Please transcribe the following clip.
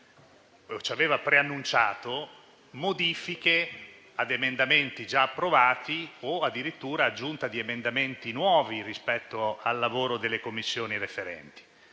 ci aveva preannunciato modifiche ad emendamenti già approvati o addirittura l'aggiunta di emendamenti nuovi rispetto al lavoro delle Commissioni referenti.